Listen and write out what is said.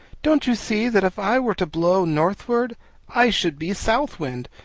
don't you see that if i were to blow northwards i should be south wind,